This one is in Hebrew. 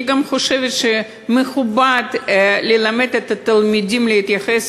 אני גם חושבת שמכובד ללמד את התלמידים להתייחס